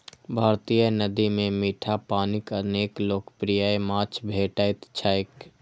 भारतीय नदी मे मीठा पानिक अनेक लोकप्रिय माछ भेटैत छैक